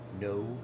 No